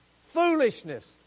foolishness